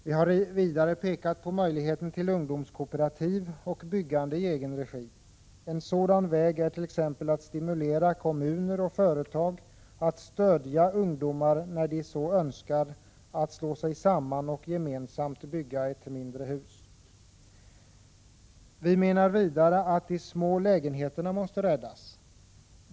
Vi har vidare pekat på möjligheten till ungdomskooperativ och byggande i egen regi. En sådan väg är t.ex. att stimulera kommuner och företag att stödja ungdomar när de så önskar att slå sig samman och gemensamt bygga ett mindre hus. Vi menar vidare att de små lägenheterna måste räddas.